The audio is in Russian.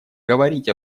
говорить